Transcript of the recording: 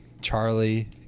Charlie